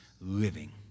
living